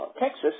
Texas